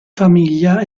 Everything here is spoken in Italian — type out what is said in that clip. famiglia